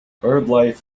birdlife